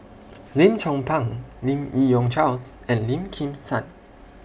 Lim Chong Pang Lim Yi Yong Charles and Lim Kim San